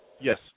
Yes